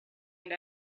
and